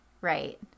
right